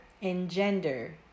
Engender